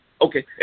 Okay